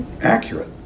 accurate